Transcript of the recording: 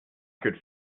could